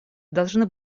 должны